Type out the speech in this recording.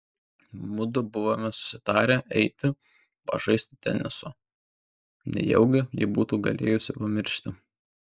mudu buvome susitarę eiti pažaisti teniso nejaugi ji būtų galėjusi pamiršti